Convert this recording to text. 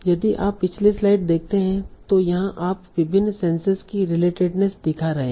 यदि आप पिछली स्लाइड देखते हैं तो यहां आप विभिन्न सेंसेस की रिलेटेडनेस दिखा रहे हैं